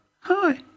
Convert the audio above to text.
hi